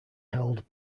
held